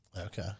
Okay